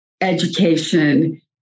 education